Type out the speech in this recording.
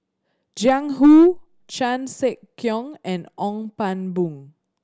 Jiang Hu Chan Sek Keong and Ong Pang Boon